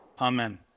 Amen